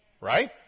right